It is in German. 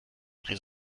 dreh